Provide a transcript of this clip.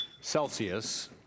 Celsius